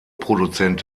produzent